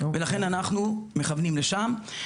לכן אנחנו מכוונים לשם.